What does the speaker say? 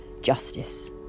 justice